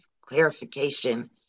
clarification